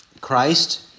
Christ